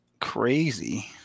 Crazy